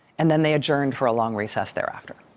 and then they adjourn for a long recess there after.